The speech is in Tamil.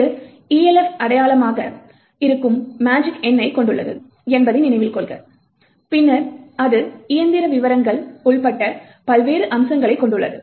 இது Elf அடையாளமாக இருக்கும் மேஜிக் எண்ணைக் கொண்டுள்ளது என்பதை நினைவில் கொள்க பின்னர் அது இயந்திர விவரங்கள் உட்பட பல்வேறு அம்சங்களைக் கொண்டுள்ளது